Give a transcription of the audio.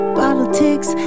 politics